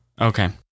Okay